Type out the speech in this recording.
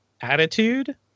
attitude